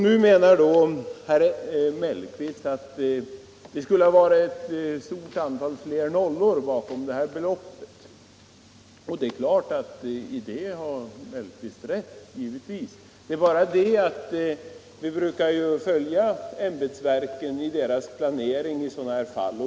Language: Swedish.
Nu menar herr Mellqvist att det skulle ha varit ett betydligt större belopp, 83 och i det har han givetvis rätt. Det är bara det att vi brukar följa ämbetsverkens planering i sådana här fall.